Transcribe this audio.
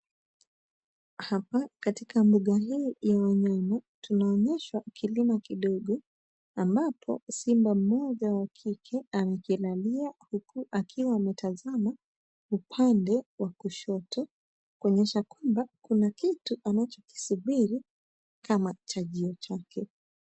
Hapa katika mbuga hili ya wanyama tunaona kilimo kidogo ambapo simba mmoja wa kike amekilalia huku akiwa ametazama upande wa kushoto kuonyesha kwamba kuna kitu anachokisubiro kama chajio chake.